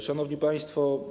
Szanowni Państwo!